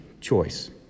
choice